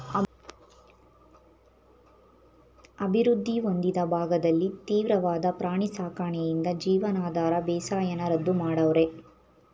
ಅಭಿವೃದ್ಧಿ ಹೊಂದಿದ ಭಾಗದಲ್ಲಿ ತೀವ್ರವಾದ ಪ್ರಾಣಿ ಸಾಕಣೆಯಿಂದ ಜೀವನಾಧಾರ ಬೇಸಾಯನ ರದ್ದು ಮಾಡವ್ರೆ